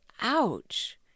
Ouch